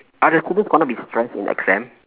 are the students gonna be stress in exam